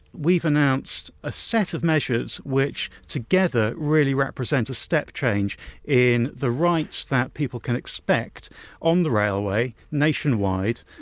we've announced a set of measures which together really represent a step change in the rights that people can expect on the railway nationwide,